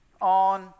on